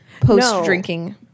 post-drinking